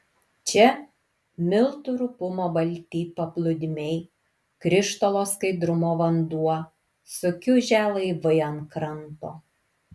čia miltų rupumo balti paplūdimiai krištolo skaidrumo vanduo sukiužę laivai ant kranto